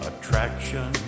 attraction